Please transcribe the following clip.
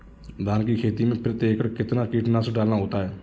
धान की खेती में प्रति एकड़ कितना कीटनाशक डालना होता है?